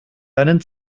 deinen